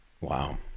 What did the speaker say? Wow